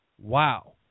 wow